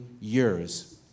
years